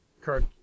Kirk